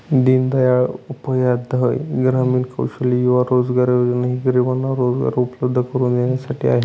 दीनदयाल उपाध्याय ग्रामीण कौशल्य युवा रोजगार योजना ही गरिबांना रोजगार उपलब्ध करून देण्यासाठी आहे